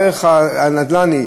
הערך הנדל"ני,